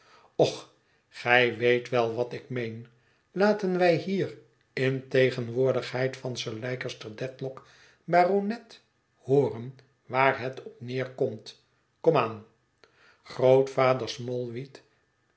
och gij weet wel wat ik meen laten wij hier in tegenwoordigheid van sir leicester dedlock baronet hooren waar het op neerkomt kom aan grootvader